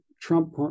Trump